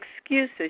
excuses